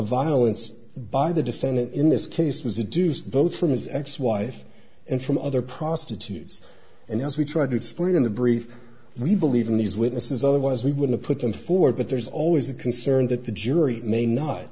violence by the defendant in this case was a deuced both from his ex wife and from other prostitutes and as we tried to explain in the brief we believe in these witnesses otherwise we wouldn't put them forward but there's always a concern that the jury may not